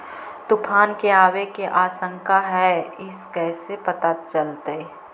तुफान के आबे के आशंका है इस कैसे पता चलतै?